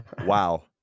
Wow